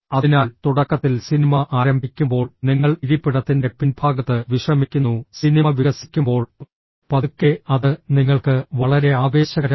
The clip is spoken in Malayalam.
അതിനാൽ തുടക്കത്തിൽ സിനിമ ആരംഭിക്കുമ്പോൾ നിങ്ങൾ ഇരിപ്പിടത്തിന്റെ പിൻഭാഗത്ത് വിശ്രമിക്കുന്നു സിനിമ വികസിക്കുമ്പോൾ പതുക്കെ അത് നിങ്ങൾക്ക് വളരെ ആവേശകരമാണ്